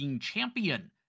champion